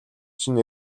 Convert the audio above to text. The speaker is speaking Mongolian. чинь